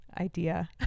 idea